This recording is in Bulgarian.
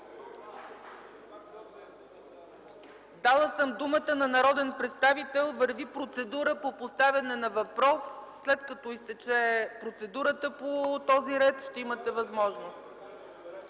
Дала съм думата на народен представител – върви процедура по поставяне на въпрос. След като изтече процедурата по този ред, ще имате възможност.